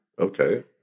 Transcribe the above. Okay